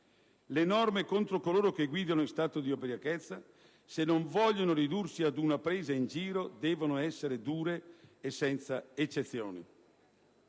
Le norme contro coloro che guidano in stato di ubriachezza, se non vogliono ridursi ad una presa in giro, devono essere dure e senza eccezioni.